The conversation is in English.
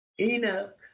Enoch